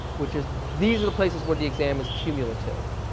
which is these are the places where the exam is cumulative.